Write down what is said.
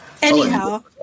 Anyhow